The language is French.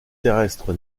terrestre